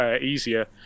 easier